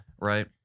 right